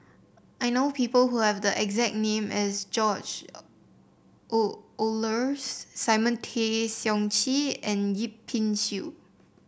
I know people who have the exact name as George Oehlers Simon Tay Seong Chee and Yip Pin Xiu